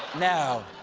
now,